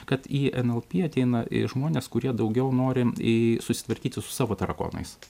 kad į nlp ateina žmonės kurie daugiau nori i susitvarkyti su savo tarakonais